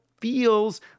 feels